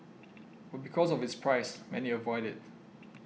but because of its price many avoid it